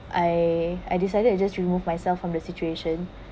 I I decided just remove myself from the situation